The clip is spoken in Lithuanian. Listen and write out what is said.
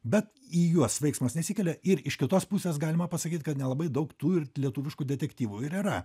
bet į juos veiksmas nesikelia ir iš kitos pusės galima pasakyt kad nelabai daug tų lietuviškų detektyvų ir yra